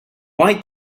why